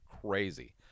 crazy